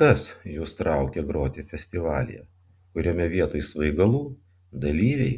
kas jus traukia groti festivalyje kuriame vietoj svaigalų dalyviai